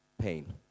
pain